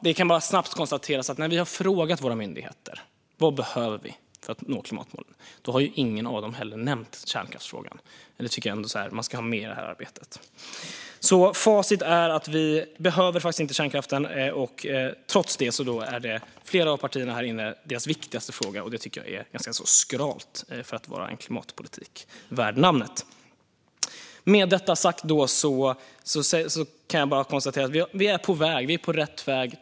Det kan bara snabbt konstateras att när vi har frågat våra myndigheter vad vi behöver för att nå klimatmålen har ingen av dem nämnt kärnkraftsfrågan. Det tycker jag att man ska ha med i det här arbetet. Facit är att vi faktiskt inte behöver kärnkraften. Trots det är det flera partiers viktigaste fråga, och det tycker jag är ganska skralt för att vara en klimatpolitik värd namnet. Med detta sagt kan jag bara konstatera att vi är på rätt väg.